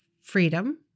Freedom